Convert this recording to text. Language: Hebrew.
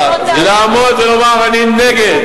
לעמוד ולומר: אני נגד,